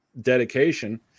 dedication